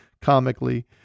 comically